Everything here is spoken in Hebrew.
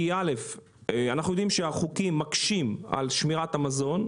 כי אנחנו יודעים שהחוקים מקשים על שמירת המזון,